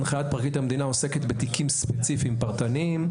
הנחיית פרקליט המדינה עוסקת בתיקים ספציפיים פרטניים,